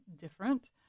different